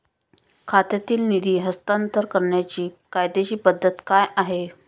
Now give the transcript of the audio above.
खात्यातील निधी हस्तांतर करण्याची कायदेशीर पद्धत काय आहे?